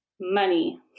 money